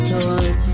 time